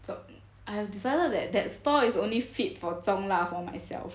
zh~ I have decided that that store is only fit for 中辣 for myself